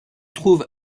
trouve